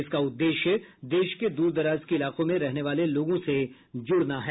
इसका उद्देश्य देश के दूरदराज के इलाकों में रहने वाले लोगों से जुड़ना है